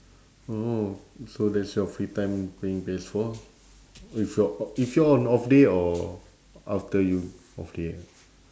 oh so that's your free time playing P_S four if y~ if you're on off day or after you off day ah